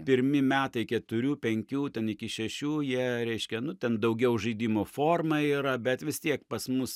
pirmi metai keturių penkių ten iki šešių jie reiškia nu ten daugiau žaidimo forma yra bet vis tiek pas mus